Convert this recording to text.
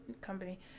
company